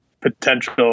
Potential